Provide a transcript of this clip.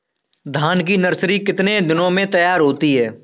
धान की नर्सरी कितने दिनों में तैयार होती है?